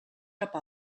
cap